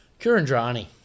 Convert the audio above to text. Kurandrani